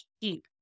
keep